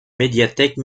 médiathèque